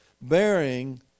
bearing